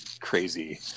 crazy